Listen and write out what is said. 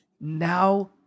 now